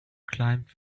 climbed